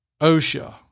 OSHA